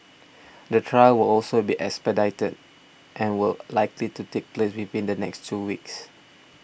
the trial will also be expedited and will likely to take place within the next two weeks